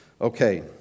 Okay